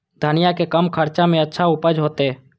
धनिया के कम खर्चा में अच्छा उपज होते?